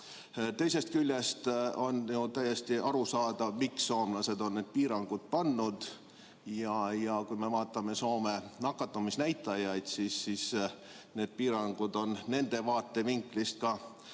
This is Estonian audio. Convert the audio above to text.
Teisest küljest on ju täiesti arusaadav, miks soomlased on need piirangud pannud. Kui me vaatame Soome nakatumisnäitajaid, siis need piirangud on nende vaatevinklist ka